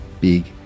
big